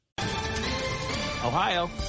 ohio